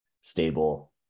stable